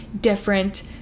different